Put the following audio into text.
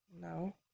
No